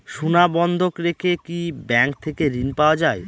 সোনা বন্ধক রেখে কি ব্যাংক থেকে ঋণ পাওয়া য়ায়?